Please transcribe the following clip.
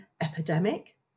epidemic